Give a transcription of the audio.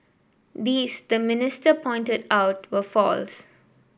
these the minister pointed out were false